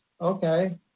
Okay